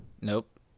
Nope